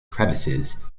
crevices